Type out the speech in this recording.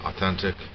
authentic